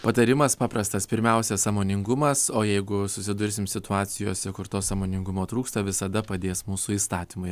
patarimas paprastas pirmiausia sąmoningumas o jeigu susidursim situacijose kur to sąmoningumo trūksta visada padės mūsų įstatymai